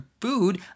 food